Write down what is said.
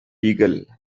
beagle